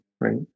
right